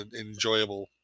enjoyable